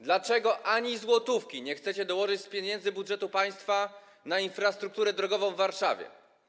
Dlaczego ani złotówki nie chcecie dołożyć z budżetu państwa na infrastrukturę drogową w Warszawie?